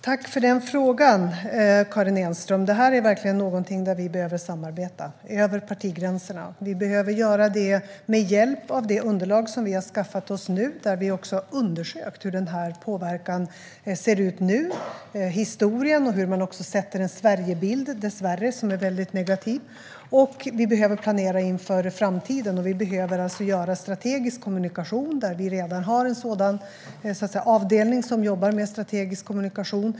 Herr talman! Jag tackar Karin Enström för frågan. Här behöver vi verkligen samarbeta över partigränserna. Vi behöver göra det med hjälp av det underlag som vi har skaffat oss genom att undersöka hur denna påverkan ser ut nu och historiskt och hur man dessvärre målar upp en Sverigebild som är mycket negativ. Vi behöver planera inför framtiden. Vi behöver också ha en strategisk kommunikation, vilket vi redan har en avdelning som jobbar med.